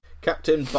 Captain